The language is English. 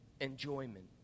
enjoyment